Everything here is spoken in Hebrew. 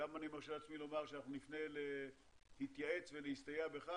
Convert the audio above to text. גם נתייעץ ונסתייע בך,